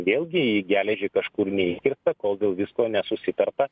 vėlgi į geležį kažkur neįkirsta kol dėl visko nesusitarta